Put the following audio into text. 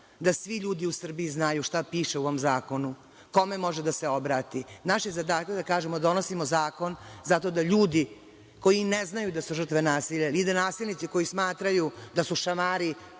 da svi ljudi u Srbiji znaju šta piše u ovom zakonu, kome može da se obrati. Naš je zadatak da kažemo – donosimo zakon zato da ljudi koji ne znaju da su žrtve nasilja ili da nasilnici koji smatraju da su šamari